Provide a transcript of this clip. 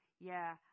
Yeah